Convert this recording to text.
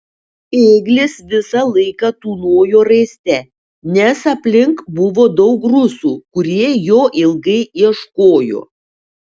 ėglis visą laiką tūnojo raiste nes aplink buvo daug rusų kurie jo ilgai ieškojo